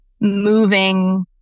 moving